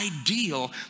ideal